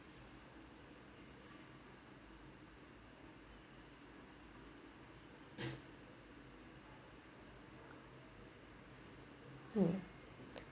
mm